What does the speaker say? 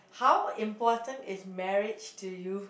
how important is marriage to you